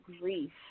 grief